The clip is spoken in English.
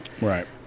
Right